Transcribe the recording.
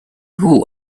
who